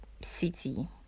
city